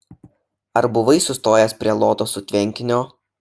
ar buvai sustojęs prie lotosų tvenkinio